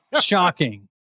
shocking